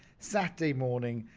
saturday morning,